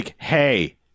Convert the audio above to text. hey